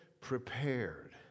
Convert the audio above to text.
prepared